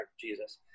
Jesus